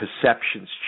perceptions